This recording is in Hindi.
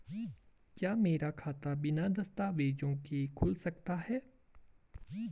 क्या मेरा खाता बिना दस्तावेज़ों के खुल सकता है?